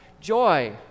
joy